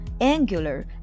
angular